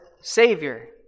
Savior